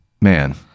Man